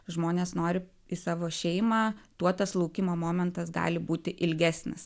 žmonės nori į savo šeimą tuo tas laukimo momentas gali būti ilgesnis